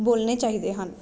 ਬੋਲਣੇ ਚਾਹੀਦੇ ਹਨ